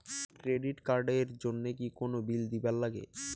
Credit card এর জন্যে কি কোনো বিল দিবার লাগে?